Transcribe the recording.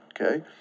Okay